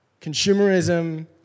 Consumerism